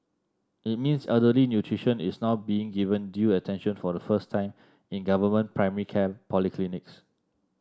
it means elderly nutrition is now being given due attention for the first time in government primary care polyclinics